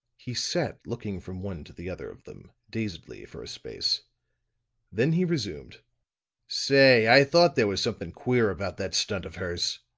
he sat looking from one to the other of them, dazedly, for a space then he resumed say, i thought there was something queer about that stunt of hers!